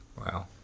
Wow